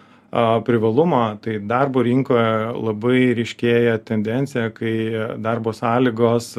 privalumą tai darbo rinkoje labai ryškėja tendencija kai darbo sąlygos